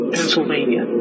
Pennsylvania